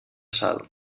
sal